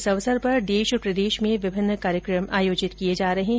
इस अवसर पर देश और प्रदेश में विभिन्न कार्यक्रम आयोजित किये जा रहे है